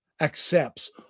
accepts